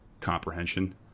comprehension